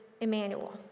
Emmanuel